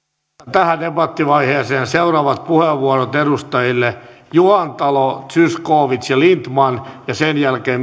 tähän debattivaiheeseen puheenvuorot edustajille juhantalo zyskowicz ja lindtman ja sen jälkeen